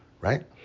right